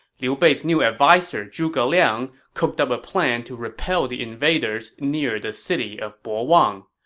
liu bei's new adviser zhuge liang cooked up a plan to repel the invaders near the city of bo wang,